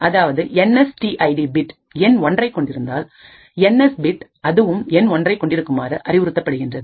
அதாவது N S D ID bit எண் ஒன்றை கொண்டிருந்தால் என் எஸ் பிட் அதுவும் எண் ஒன்றை கொண்டிருக்குமாறு அறிவுறுத்தப்படுகின்றது